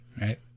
right